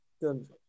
good